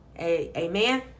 Amen